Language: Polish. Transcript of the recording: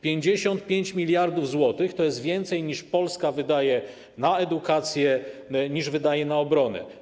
55 mld zł to jest więcej niż Polska wydaje na edukację, niż wydaje na obronę.